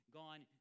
gone